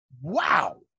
Wow